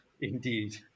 indeed